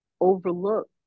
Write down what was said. overlook